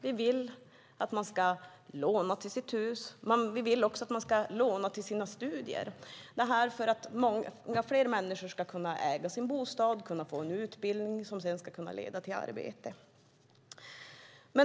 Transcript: Vi vill att man ska låna till sitt hus och till sina studier. Då kan fler människor äga sin bostad och få en utbildning som leder till arbete.